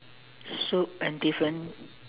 soup and different